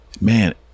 Man